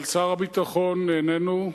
כן, אבל שר הביטחון איננו,